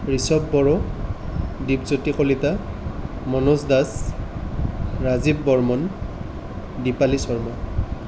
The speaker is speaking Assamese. ৰিশভ বড়ো দিপজ্যোতি কলিতা মনোজ দাস ৰাজীৱ বৰ্মন দিপালী শৰ্মা